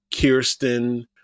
Kirsten